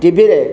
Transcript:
ଟିଭିରେ